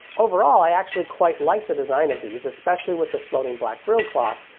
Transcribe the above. overall i actually quite like the design of these, especially with the floating black grille cloth,